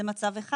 זה מצב אחד.